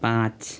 पाँच